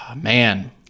man